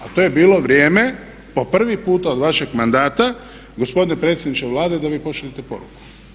A to je bilo vrijeme po prvi puta od vašeg mandata gospodine predsjedniče Vlade da vi pošaljete poruku.